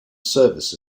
service